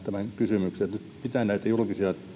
kysymyksen oikeusministeri häkkäsen pitää näitä julkisia